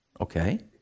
Okay